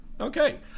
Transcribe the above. Okay